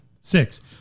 Six